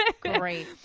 Great